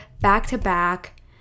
back-to-back